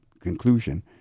conclusion